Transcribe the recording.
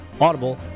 Audible